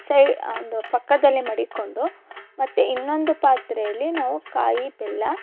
ಸೈ ಒಂದು ಪಕ್ಕದಲ್ಲೇ ಮಡಿಕ್ಕೊಂಡು ಮತ್ತೆ ಇನ್ನೊಂದು ಪಾತ್ರೆಯಲ್ಲಿ ನಾವು ಕಾಯಿ ಬೆಲ್ಲ